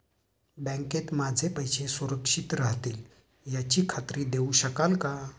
बँकेत माझे पैसे सुरक्षित राहतील याची खात्री देऊ शकाल का?